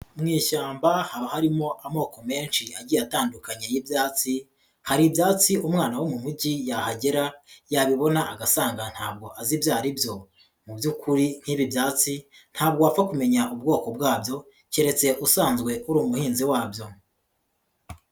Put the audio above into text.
Mu ishyamba haba harimo amoko menshi agiye atandukanye y'ibyatsi, hari ibyatsi umwana wo mu mujyi yahagera yabibona agasanga ntabwo azi ibyo ari byo, mu by'ukuri nk'ibi byatsi ntabwo wapfa kumenya ubwoko bwabyo, keretse usanzwe uri umuhinzi wabyo.